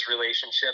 relationship